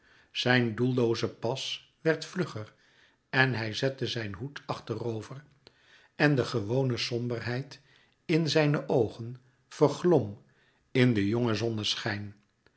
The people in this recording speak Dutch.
zijn doellooze pas werd vlugger en hij zette zijn hoed achterover en de gewone somberheid in zijne oogen verglom louis couperus metamorfoze in den jongen